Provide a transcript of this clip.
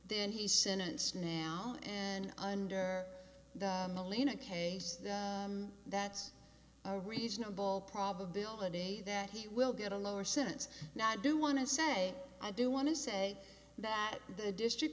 then he sentence now and under the molina case that's a reasonable probability that he will get a lower sense now i do want to say i do want to say that the district